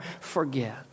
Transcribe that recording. forget